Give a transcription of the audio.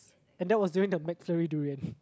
and that was during the McFlurry durian